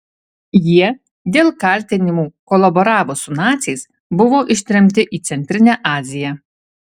jie dėl kaltinimų kolaboravus su naciais buvo ištremti į centrinę aziją